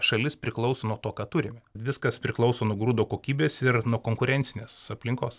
šalis priklauso nuo to ką turim viskas priklauso nuo grūdo kokybės ir nuo konkurencinės aplinkos